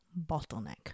bottleneck